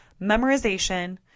memorization